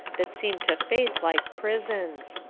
that seemed to faith like prisons.